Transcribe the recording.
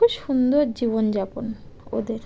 খুব সুন্দর জীবনযাপন ওদের